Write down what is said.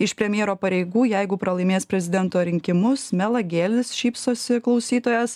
iš premjero pareigų jeigu pralaimės prezidento rinkimus melagėlis šypsosi klausytojas